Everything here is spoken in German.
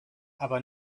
aber